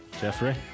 Jeffrey